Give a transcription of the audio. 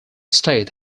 state